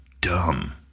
dumb